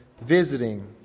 visiting